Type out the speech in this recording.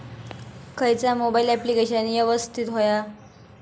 खयचा mobile application यवस्तित होया?